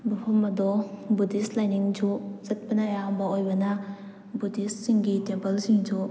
ꯃꯐꯝ ꯑꯗꯣ ꯕꯨꯙꯤꯁ ꯂꯥꯏꯅꯤꯡꯁꯨ ꯆꯠꯄꯅ ꯑꯌꯥꯝꯕ ꯑꯣꯏꯕꯅ ꯕꯨꯙꯤꯁꯁꯤꯡꯒꯤ ꯇꯦꯝꯄꯜꯁꯤꯡꯁꯨ